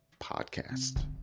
podcast